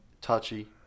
touchy